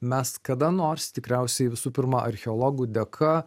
mes kada nors tikriausiai visų pirma archeologų dėka